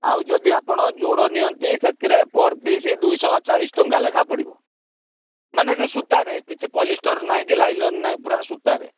ଆଉ ଯଦି ଆପଣ ଜୋଡ଼ ନିଅନ୍ତି ସେଥିରେ ପର୍ ପିସ୍ ଦୁଇ ଶହ ଚାଳିଶ ଟଙ୍କା ଲେଖାଏଁ ପଡ଼ିବ ମାନେ ଯେଉଁ ସୂତାରେ କିଛି ପଲିଷ୍ଟର୍ ନାହିଁ କି ଲାଇଲନ୍ ନାହିଁ ପୁରା ସୂତାରେ